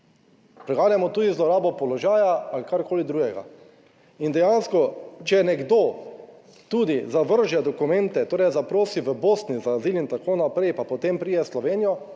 Preganjamo tudi zlorabo položaja ali karkoli drugega in dejansko, če nekdo tudi zavrže dokumente, torej zaprosi v Bosni za azil in tako naprej, pa potem pride v Slovenijo,